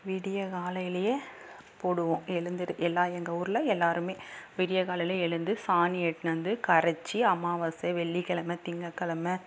விடியக்காலையிலேயே போடுவோம் எழுந்து எல்லா எங்கள் ஊரில் எல்லோருமே விடியக்காலையிலே எழுந்து சாணி எடுத்துன்னு வந்து கரைத்து அமாவாசை வெள்ளிக்கிழம திங்கக்கிழம